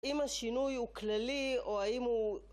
האם השינוי הוא כללי או האם הוא...